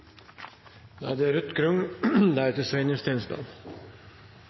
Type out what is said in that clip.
da er det